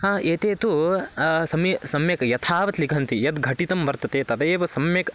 हा एते तु समी सम्यक् यथावत् लिखन्ति यद्घटितं वर्तते तदेव सम्यक्